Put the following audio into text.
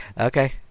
Okay